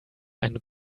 ein